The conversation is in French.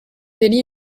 délits